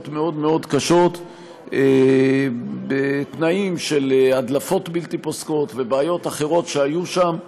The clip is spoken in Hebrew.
מאוד מאוד קשות בתנאים של הדלפות בלתי פוסקות ובעיות אחרות שהיו שם,